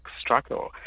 struggle